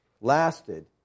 lasted